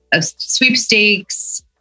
sweepstakes